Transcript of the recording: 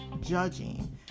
judging